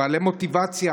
בעלי מוטיבציה,